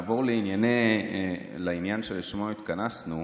נעבור לעניין שלשמו התכנסנו.